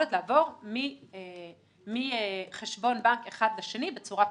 היכולת לעבור מחשבון בנק אחד לשני בצורה פשוטה.